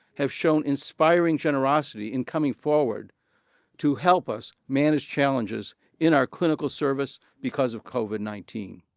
have shown inspiring generosity in coming forward to help us manage challenges in our clinical service because of covid nineteen.